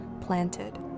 planted